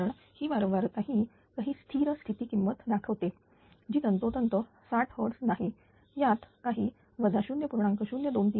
कारण ही वारंवारता ही काही ही स्थिर स्थिती किंमत दाखवते जी तंतोतंत 60 Hz नाही यात काही 0